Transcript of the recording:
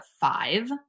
five